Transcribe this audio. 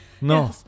No